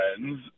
friends